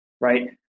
Right